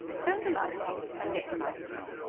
turn the light on, and get the magazine.